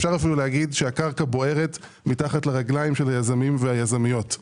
אפשר אפילו לומר שהקרקע בוערת מתחת לרגליים של היזמים והיזמיות.